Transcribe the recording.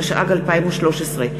התשע"ג 2013,